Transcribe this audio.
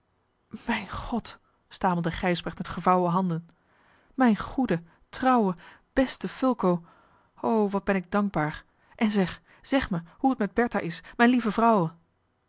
mijn god stamelde gijsbrecht met gevouwen handen mijn goede trouwe beste fulco o wat ben ik dankbaar en zeg zeg mij hoe het met bertha is mijne lieve vrouwe